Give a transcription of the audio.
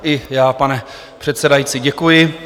I já, pane předsedající, děkuji.